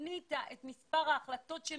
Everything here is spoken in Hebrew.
שמנית את מספר ההחלטות לגביה,